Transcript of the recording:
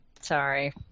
Sorry